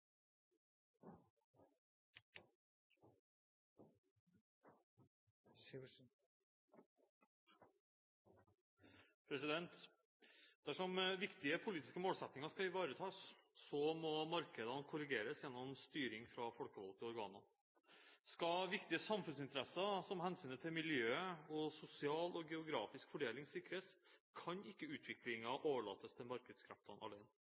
på. Dersom viktige politiske målsettinger skal ivaretas, må markedene korrigeres gjennom styring fra folkevalgte organer. Skal viktige samfunnsinteresser sikres, som hensynet til miljøet og sosial og geografisk fordeling, kan ikke utviklingen overlates til markedskreftene alene.